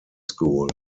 school